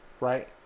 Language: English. Right